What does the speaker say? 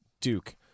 Duke